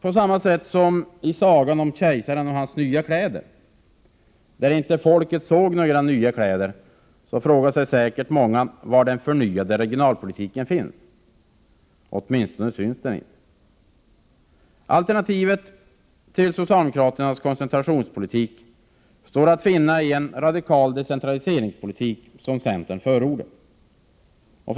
På samma sätt som i sagan Kejsarens nya kläder, där folket inte såg några nya kläder, frågar sig säkert många var den förnyade regionalpolitiken finns. Den syns i varje fall inte. Alternativet till socialdemokraternas koncentrationspolitik står att finna i en radikal decentraliseringspolitik, som centern förordar.